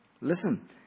Listen